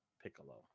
piccolo